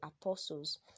apostles